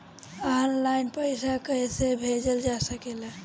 आन line पईसा कईसे भेजल जा सेकला?